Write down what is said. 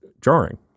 jarring